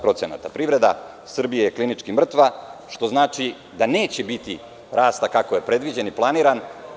Privreda Srbije je klinički mrtva, što znači da neće biti rasta kako je predviđeno i planirano.